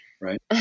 right